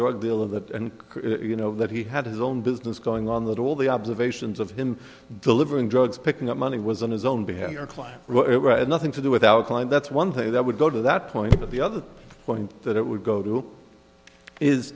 drug deal of that and you know that he had his own business going on that all the observations of him delivering drugs picking up money was on his own behavior klein had nothing to do with alkaline that's one thing that would go to that point of the other point that it would go to is